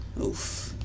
oof